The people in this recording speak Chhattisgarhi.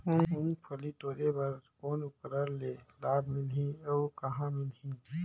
मुंगफली टोरे बर कौन उपकरण ले लाभ मिलही अउ कहाँ मिलही?